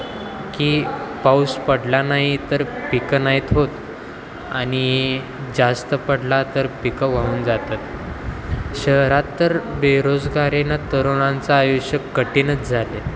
की पाऊस पडला नाही तर पिकं नाहीत होत आणि जास्त पडला तर पिकं वाहून जातात शहरात तर बेरोजगारीनं तरुणांचं आयुष्य कठीणच झालं आहे